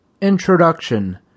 Introduction